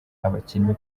abakinnyi